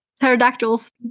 Pterodactyls